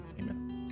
amen